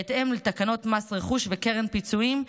בהתאם לתקנות מס רכוש וקרן פיצויים,